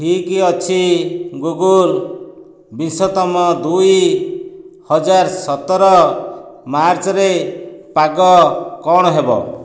ଠିକ୍ ଅଛି ଗୁଗୁଲ୍ ବିଂଶତମ ଦୁଇ ହଜାର ସତର ମାର୍ଚ୍ଚ୍ରେ ପାଗ କ'ଣ ହେବ